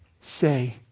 say